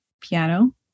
piano